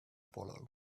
follow